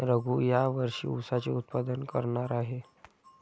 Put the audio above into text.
रघू या वर्षी ऊसाचे उत्पादन करणार आहे